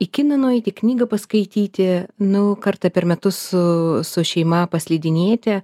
į kiną nueiti knygą paskaityti nu kartą per metus su su šeima paslidinėti